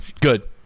good